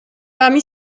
parmi